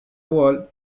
wall